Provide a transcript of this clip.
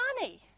money